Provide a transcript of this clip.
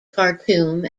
khartoum